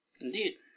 Indeed